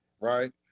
right